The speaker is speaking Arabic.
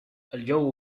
الجو